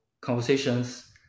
conversations